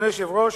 אדוני היושב-ראש,